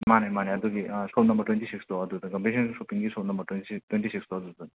ꯃꯥꯅꯦ ꯃꯥꯅꯦ ꯑꯗꯨꯒꯤ ꯁꯣꯞ ꯅꯝꯕꯔ ꯇ꯭ꯋꯦꯟꯇꯤ ꯁꯤꯛꯁꯇꯣ ꯑꯗꯨꯗ ꯒꯝꯕꯤꯔꯁꯤꯡ ꯁꯣꯞꯄꯤꯡꯒꯤ shop number twenty six twenty six ꯑꯗꯨꯗꯅꯦ